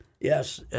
yes